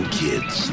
kids